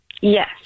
Yes